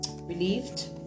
relieved